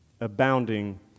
abounding